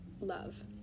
love